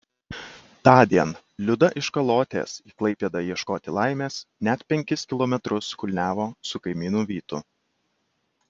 tądien liuda iš kalotės į klaipėdą ieškoti laimės net penkis kilometrus kulniavo su kaimynu vytu